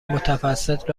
متوسط